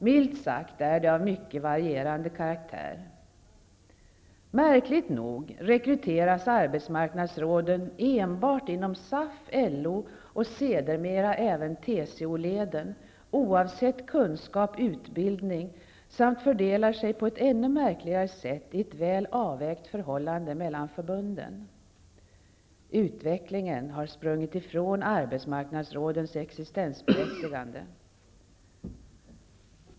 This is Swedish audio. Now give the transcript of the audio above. Milt sagt är dessa av mycket varierande karaktär. Märkligt nog rekryteras arbetsmarknadsråden enbart inom SAF, LO och sedermera även TCO oavsett de sökandes kunskap och utbildning, och rekryteringen fördelar sig dessutom på ett ännu märkligare sätt väl avvägt mellan förbunden. Utvecklingen har sprungit ifrån arbetsmarknadsrådens existensberättigande.